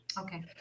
Okay